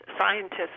scientists